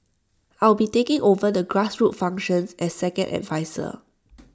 I'll be taking over the grassroots functions as second adviser